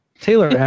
Taylor